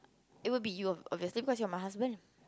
it will be you obviously cause you are my husband